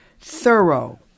thorough